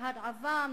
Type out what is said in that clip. ההרעבה,